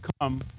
come